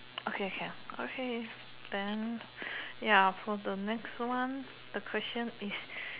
okay can okay then ya for the next one the question is